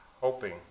hoping